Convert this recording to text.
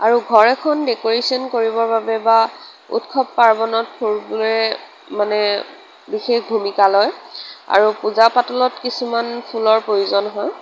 আৰু ঘৰ এখন ডেক'ৰেশ্বন কৰিবৰ বাবে বা উৎসৱ পাৰ্ৱণত ফুলবোৰে মানে বিশেষ ভূমিকা লয় আৰু পূজা পাতলত কিছুমান ফুলৰ প্ৰয়োজন হয়